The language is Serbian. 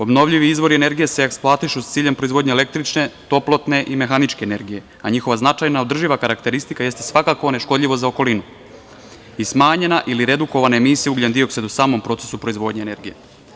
Obnovljivi izvori energije se eksploatišu sa ciljem proizvodnje električne, toplotne i mehaničke energije, a njihova značajna održiva karakteristika jeste svakako neškodljivost za okolinu i smanjena ili redukovana emisija ugljen-dioksida u samom procesu proizvodnje energije.